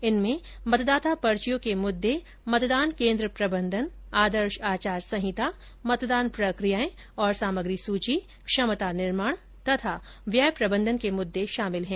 इनमें मतदाता पर्चियों के मुद्दे मतदान केन्द्र प्रबंधन आदर्श आचार संहिता मतदान प्रक्रियाएं और सामग्री सूची क्षमता निर्माण तथा व्यय प्रबंधन के मुद्दे शामिल हैं